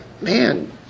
man